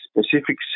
specific